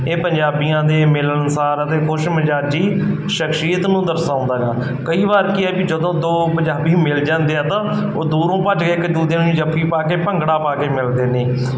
ਇਹ ਪੰਜਾਬੀਆਂ ਦੇ ਮਿਲਣਸਾਰ ਅਤੇ ਖੁਸ਼ਮਿਜਾਜੀ ਸ਼ਖਸੀਅਤ ਨੂੰ ਦਰਸਾਉਂਦਾ ਹੈਗਾ ਕਈ ਵਾਰ ਕੀ ਹੈ ਵੀ ਜਦੋਂ ਦੋ ਪੰਜਾਬੀ ਮਿਲ ਜਾਂਦੇ ਆ ਤਾਂ ਉਹ ਦੂਰੋਂ ਭੱਜ ਕੇ ਇੱਕ ਦੂਜੇ ਨੂੰ ਜੱਫੀ ਪਾ ਕੇ ਭੰਗੜਾ ਪਾ ਕੇ ਮਿਲਦੇ ਨੇ